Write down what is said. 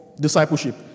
discipleship